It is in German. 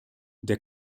der